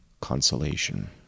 consolation